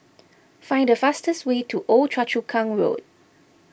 find the fastest way to Old Choa Chu Kang Road